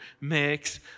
mix